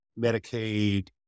Medicaid